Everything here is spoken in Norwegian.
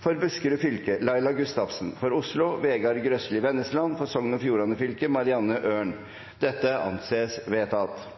for Buskerud fylke: Laila Gustavsen for Oslo: Vegard Grøslie Wennesland for Sogn og Fjordane fylke: Marianne Øren – Det anses vedtatt.